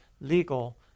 legal